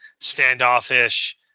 standoffish